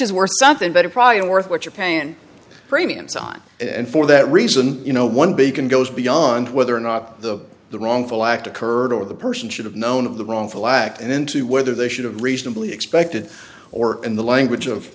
is worth something better probably and worth what you're paying premiums on and for that reason you know one beacon goes beyond whether or not the the wrongful act occurred or the person should have known of the wrongful act into whether they should have reasonably expected or in the language